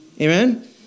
Amen